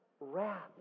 wrath